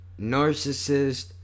Narcissist